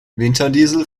winterdiesel